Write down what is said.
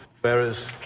whereas